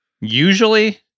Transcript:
Usually